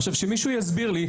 עכשיו שמישהו יסביר לי,